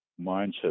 mindset